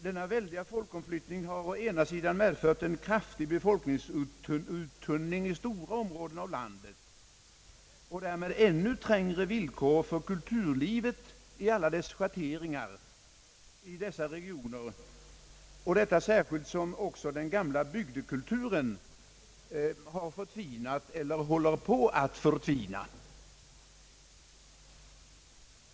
Denna väldiga folkomflyttning har å ena sidan medfört en kraftig befolkningsuttunning i stora områden av landet och därmed ännu trängre villkor för kulturlivet i alla dess schatteringar i dessa regioner, särskilt som också den gamla bygdekulturen har förtvinat eller håller på att förtvina.